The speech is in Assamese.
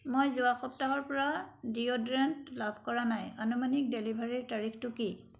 মই যোৱা সপ্তাহৰ পৰা ডিঅ'ড্ৰেণ্ট লাভ কৰা নাই আনুমানিক ডেলিভাৰীৰ তাৰিখটো কি